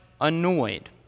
annoyed